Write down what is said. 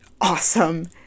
awesome